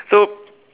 so